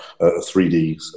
3D